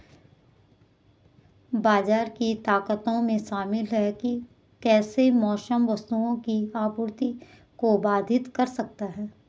बाजार की ताकतों में शामिल हैं कि कैसे मौसम वस्तुओं की आपूर्ति को बाधित कर सकता है